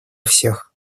всех